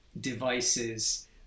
devices